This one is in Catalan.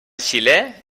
xilè